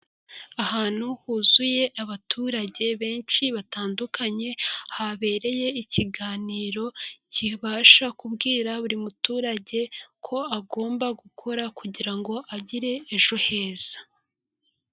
Ahantu huzuye abaturage benshi batandukanye, habereye ikiganiro, kibasha kubwira buri muturage, ko agomba gukora kugira ngo agire ejo heza.